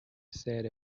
said